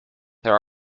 there